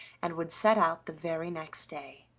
and would set out the very next day.